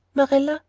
marilla,